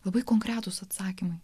labai konkretūs atsakymai